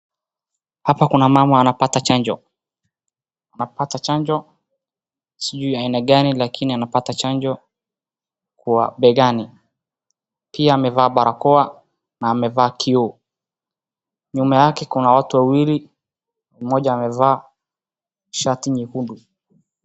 Hapa kuna mama anapata chanjo. Anapata chanjo sijui aina gani lakini anapata chanjo kwa mbegani. Pia amevaa barakoa na amevaa kioo. Nyuma yake kuna watu wawili mmoja amevaa shati nyekundu.